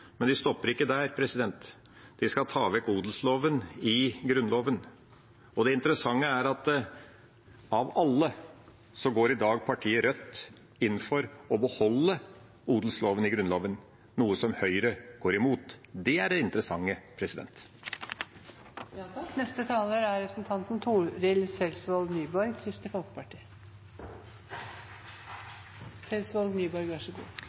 Men de stopper ikke der – de skal ta vekk odelsloven i Grunnloven. Det interessante er at partiet Rødt – av alle – i dag går inn for å beholde odelsloven i Grunnloven, noe som Høyre går imot. Det er det interessante.